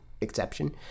exception